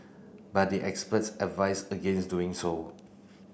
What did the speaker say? but the experts advise against doing so